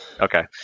Okay